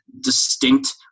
distinct